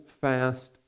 fast